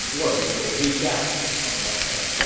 word will leak out, cao cao said